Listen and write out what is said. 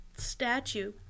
Statue